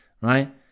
right